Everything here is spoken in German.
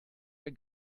der